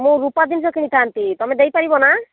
ମୁଁ ରୂପା ଜିନିଷ କିଣିଥାନ୍ତି ତମେ ଦେଇ ପାରିବ ନା